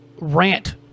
rant